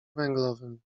węglowym